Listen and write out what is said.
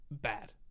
Bad